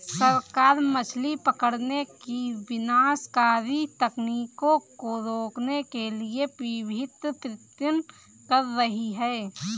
सरकार मछली पकड़ने की विनाशकारी तकनीकों को रोकने के लिए विभिन्न प्रयत्न कर रही है